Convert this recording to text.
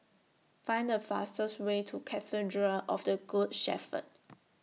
Find The fastest Way to Cathedral of The Good Shepherd